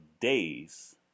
days